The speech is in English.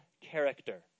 character